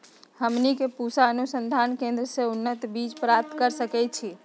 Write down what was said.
हमनी के पूसा अनुसंधान केंद्र से उन्नत बीज प्राप्त कर सकैछे?